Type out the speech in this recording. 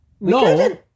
No